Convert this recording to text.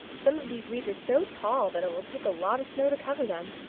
some of these weeds are so tall that it will take a lot of snow to cover them,